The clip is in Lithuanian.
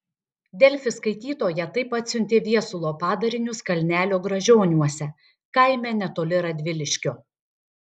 delfi skaitytoja taip atsiuntė viesulo padarinius kalnelio gražioniuose kaime netoli radviliškio